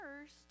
first